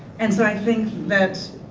and so i think that